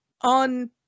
on